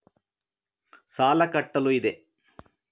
ಸಾಲ ಕಟ್ಟಲು ಇದೆ